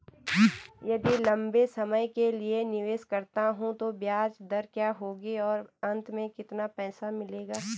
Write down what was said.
यदि लंबे समय के लिए निवेश करता हूँ तो ब्याज दर क्या होगी और अंत में कितना पैसा मिलेगा?